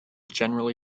generally